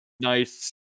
Nice